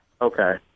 okay